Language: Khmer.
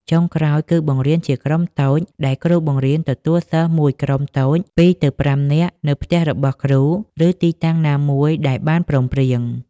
ចុងក្រោយ គឺបង្រៀនជាក្រុមតូច ដែលគ្រូបង្រៀនទទួលសិស្សមួយក្រុមតូច ២ទៅ៥ នាក់ នៅផ្ទះរបស់គ្រូ ឬទីតាំងណាមួយដែលបានព្រមព្រៀង។